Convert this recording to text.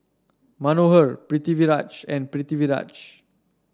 Manohar Pritiviraj and Pritiviraj